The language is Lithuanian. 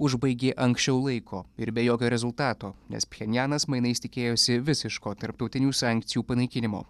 užbaigė anksčiau laiko ir be jokio rezultato nes pchenjanas mainais tikėjosi visiško tarptautinių sankcijų panaikinimo